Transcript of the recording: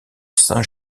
saint